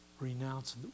renounce